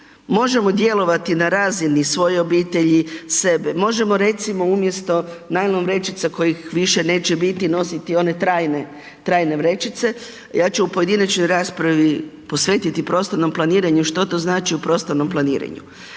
možemo djelovati na razini svoje obitelji, sebe, možemo recimo umjesto najlon vrećica kojih više neće biti nositi one trajne, trajne vrećice, ja ću u pojedinačnoj raspravi posvetiti prostornom planiranju, što to znači u prostornom planiranju.